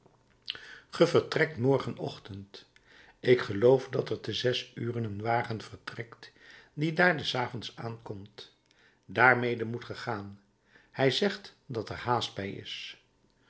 ge vertrekt morgenochtend ik geloof dat er te zes uren een wagen vertrekt die daar des avonds aankomt daarmede moet ge gaan hij zegt dat er haast bij is